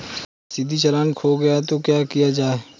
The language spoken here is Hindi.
अगर रसीदी चालान खो गया तो क्या किया जाए?